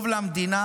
טוב למדינה.